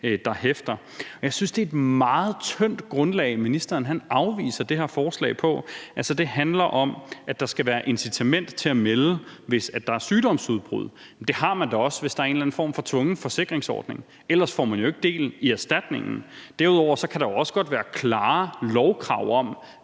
der hæfter. Jeg synes, det er et meget tyndt grundlag, ministeren afviser det her forslag på. Det handler om, at der skal være incitament til at melde, hvis der er sygdomsudbrud. Men det har man da også, hvis der er en eller anden form for tvungen forsikringsordning, for ellers får man jo ikke del i erstatningen. Derudover kan der også godt være klarere lovkrav om,